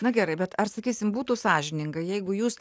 na gerai bet ar sakysim būtų sąžininga jeigu jūs